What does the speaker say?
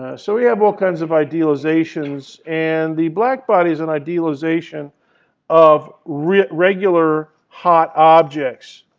ah so we have all kinds of idealizations. and the blackbody's an idealization of regular, hot objects.